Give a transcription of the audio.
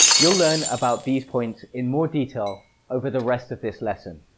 you'll learn about these points in more detail over the rest of this lesson.